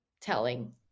telling